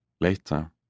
Later